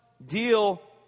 Deal